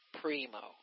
primo